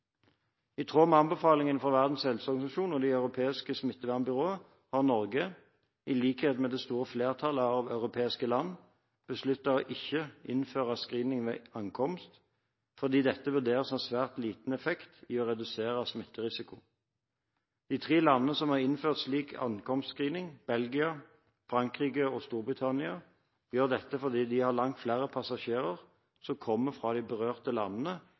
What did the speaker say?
I tråd med anbefalinger fra Verdens helseorganisasjon og Det europeiske smittevernbyrået har Norge, i likhet med det store flertallet av europeiske land, besluttet å ikke innføre screening ved ankomst, fordi dette vurderes å ha svært liten effekt i å redusere smitterisiko. De tre landene som har innført slik ankomstscreening, Belgia, Frankrike og Storbritannia, gjør dette fordi de har langt flere passasjerer som kommer fra de berørte landene